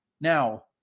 Now